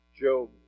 Job